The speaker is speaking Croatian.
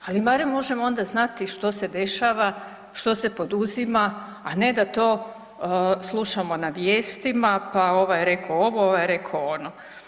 Ali barem možemo onda znati što se dešava, što se poduzima, a ne da to slušamo na vijestima pa ovaj je rekao ovo, ovaj je rekao ono.